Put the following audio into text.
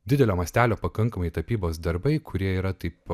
didelio mastelio pakankamai tapybos darbai kurie yra taip